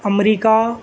America